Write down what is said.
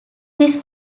this